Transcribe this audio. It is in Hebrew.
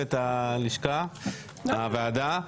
לצוות הוועדה.